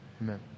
Amen